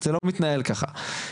זה לא מתנהל ככה.